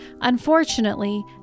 Unfortunately